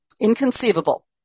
Inconceivable